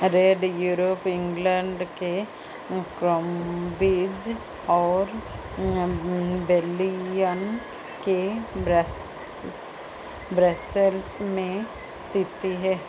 red Europe England के क्रमबिज और बर्लियन के ब्रस ब्रसेल्स में स्थिती है